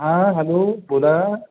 हां हॅलो बोला